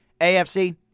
AFC